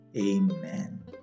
amen